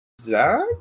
Zach